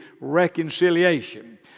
reconciliation